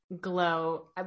glow